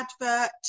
advert